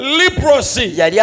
leprosy